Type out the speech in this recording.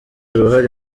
uruhare